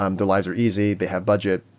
um their lives are easy. they have budget.